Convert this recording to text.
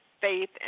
faith